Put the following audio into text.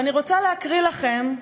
ואני רוצה להקריא לכם,